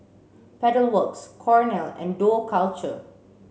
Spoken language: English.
Pedal Works Cornell and Dough Culture